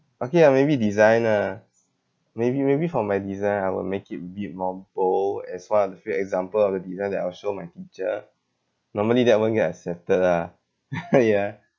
okay ah maybe design ah maybe maybe for my design I will make it build more bold as one of the few example of the design that I'll show my teacher normally that won't get accepted ah ya